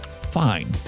Fine